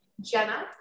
Jenna